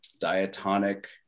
diatonic